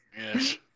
Yes